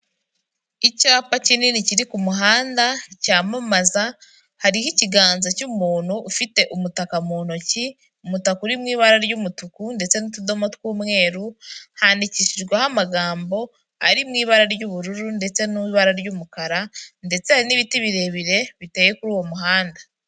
Icyapa kinini kiri ku muhanda cyamamaza, hariho ikiganza cy'umuntu ufite umutaka mu ntoki, umutaka uri mu ibara ry'umutuku ndetse n'utudomo tw'umweru, handikishijweho amagambo ari mu ibara ry'ubururu ndetse n'ibara ry'umukara ndetse hari n'ibiti birebire biteye kuri uwo muhanda.